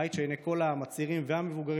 בית שעיני כל העם, הצעירים והמבוגרים,